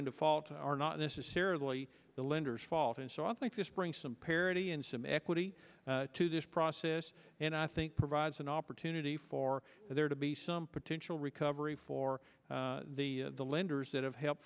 default are not necessarily the lenders fault and so i think this bring some parity and some equity to this process and i think provides an opportunity for there to be some potential recovery for the lenders that have helped